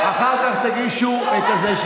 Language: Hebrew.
אחר כך תגישו את זה.